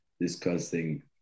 discussing